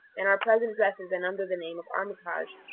in our present dresses and under the name of armitage.